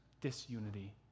disunity